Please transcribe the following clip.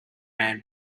man